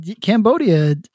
Cambodia